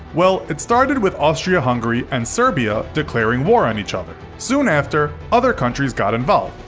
well, it started with austria-hungary and serbia declaring war on each other. soon after, other countries got involved.